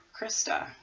Krista